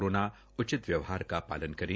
corona उचित व्यवहार का पालन करें